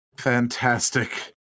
fantastic